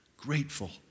grateful